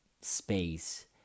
space